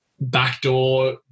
backdoor